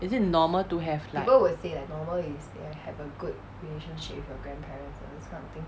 is it normal to have like